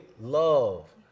Love